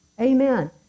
Amen